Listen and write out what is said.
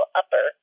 upper